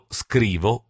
scrivo